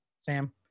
Sam